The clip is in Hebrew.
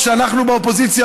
או שאנחנו באופוזיציה,